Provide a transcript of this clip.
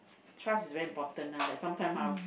trust is very important ah like sometime ah